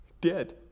dead